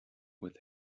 with